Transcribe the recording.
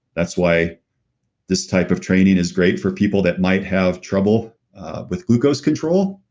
that's why this type of training is great for people that might have trouble with glucose control.